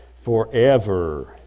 Forever